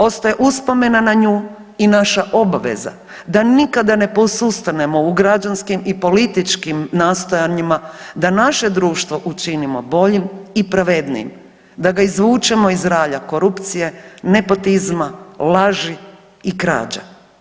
Ostaje uspomena na nju i naša obveza da nikada ne posustanemo u građanskim i političkim nastojanjima da naše društvo učinimo boljim i pravednijim, da ga izvučemo iz ralja korupcije, nepotizma, laži i krađa.